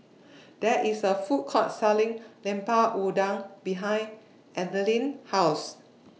There IS A Food Court Selling Lemper Udang behind Ethyle's House